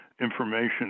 information